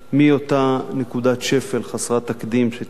מאותה נקודת שפל חסרת תקדים שתיארתי,